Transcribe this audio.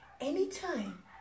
Anytime